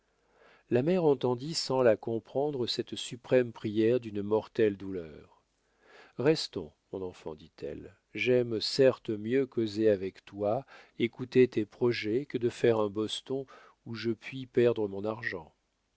la mère entendit sans la comprendre cette suprême prière d'une mortelle douleur restons mon enfant dit-elle j'aime certes mieux causer avec toi écouter tes projets que de faire un boston où je puis perdre mon argent